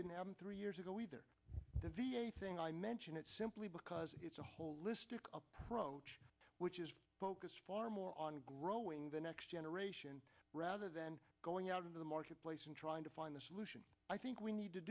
didn't have three years ago either the v a thing i mentioned it simply because it's a holistic approach which is focused far more on growing the next generation rather than going out into the marketplace and trying to find the solution i think we need to